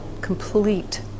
complete